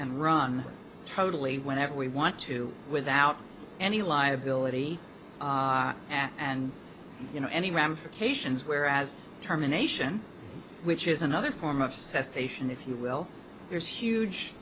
and run totally whenever we want to without any liability and you know any ramifications where as terminations which is another form of cessation if you will there's huge